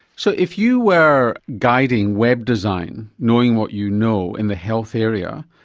so if you were guiding web design knowing what you know in the health area,